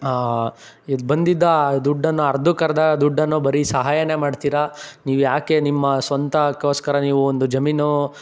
ಇದ್ದ ಬಂದಿದ್ದ ದುಡ್ಡನ್ನು ಅರ್ಧಕ್ಕೆ ಅರ್ಧ ದುಡ್ಡನ್ನು ಬರೀ ಸಹಾಯನೇ ಮಾಡ್ತೀರ ನೀವ್ಯಾಕೆ ನಿಮ್ಮ ಸ್ವಂತಕ್ಕೋಸ್ಕರ ನೀವು ಒಂದು ಜಮೀನು